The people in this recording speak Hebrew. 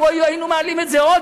אמרו: היינו מעלים את זה עוד,